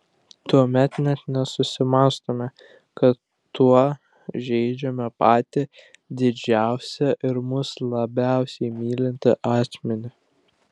tuomet net nesusimąstome kad tuo žeidžiame patį didžiausią ir mus labiausiai mylintį asmenį